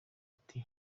ati